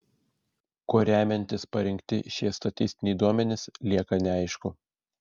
kuo remiantis parinkti šie statistiniai duomenys lieka neaišku